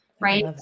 Right